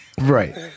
right